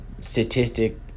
statistic